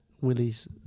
Willie's